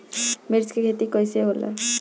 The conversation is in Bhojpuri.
मिर्च के खेती कईसे होला?